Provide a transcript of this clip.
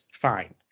fine